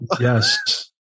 Yes